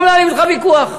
לא מנהלים אתך ויכוח.